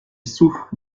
souffre